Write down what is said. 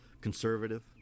conservative